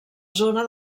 zona